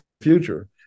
future